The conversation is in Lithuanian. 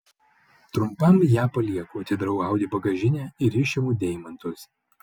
trumpam ją palieku atidarau audi bagažinę ir išimu deimantus